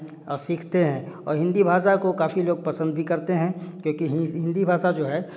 और सीखते हैं और हिंदी भाषा को काफ़ी लोग पसंद भी करते हैं क्योंकि हिंदी भाषा जो है